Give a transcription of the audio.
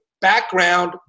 background